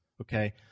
okay